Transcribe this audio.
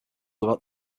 about